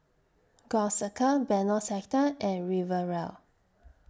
Gul Circle Benoi Sector and Riviera